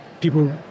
people